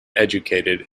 educated